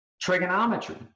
trigonometry